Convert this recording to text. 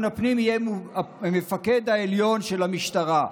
הפנים יהיה המפקד העליון של המשטרה,